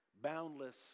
boundless